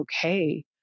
okay